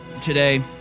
today